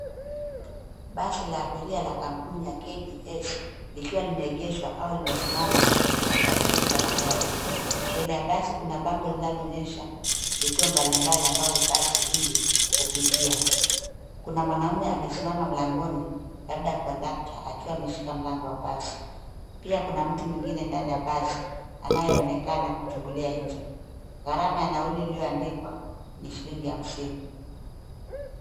Basi la abiria la kampuni ya KBS likiwa limeegeshwa au limesimama katika kituo cha magari. Mbele ya basi kuna bango linaloonyesha vituo mbalimbali ambavyo basi hili hupitia. Kuna mwanaume amesimama mlangoni labda kondakta akiwa ameshikilia mlango wa basi. Pia kuna mtu mwingine ndani ya basi anayeonekana kuchungulia nje. Gharama ya nauli iliyoandikwa ni shilingi hamsini.